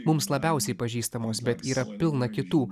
mums labiausiai pažįstamos bet yra pilna kitų